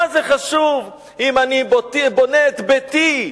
מה זה חשוב אם אני בונה את ביתי,